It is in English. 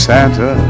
Santa